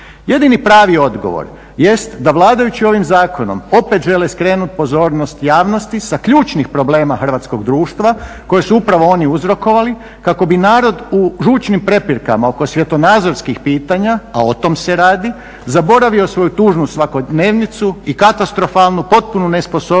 Jedini prvi odgovor jest da vladajućim ovim zakonom opet žele skrenut pozornost javnosti sa ključnih problema hrvatskog društva koje su upravo oni uzrokovali kako bi narod u žučnim prepirkama oko svjetonazorskih pitanja, a o tom se radi, zaboravio svoju tužnu svakodnevicu i katastrofalnu potpunu nesposobnost